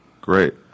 great